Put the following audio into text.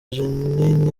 jeannine